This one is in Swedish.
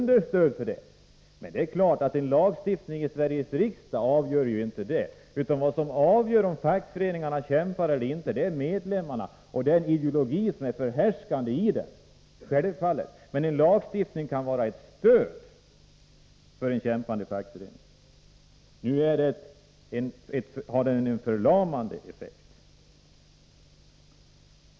Det är klart att en lagstiftning i Sveriges riksdag avgör inte om fackföreningarna kämpar eller inte, utan avgörande för det är medlemmarna och den ideologi som är förhärskande bland dem. Men en lagstiftning kan vara ett stöd för en kämpande fackförening. Nu har den en förlamande effekt.